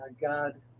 God